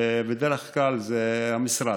ובדרך כלל זה המשרד.